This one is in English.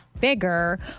bigger